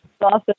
Awesome